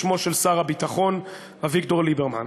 בשמו של שר הביטחון אביגדור ליברמן: